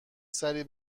سری